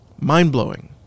mind-blowing